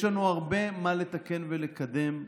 יש לנו הרבה מה לתקן ולקדם,